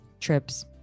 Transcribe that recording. trips